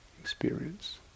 experience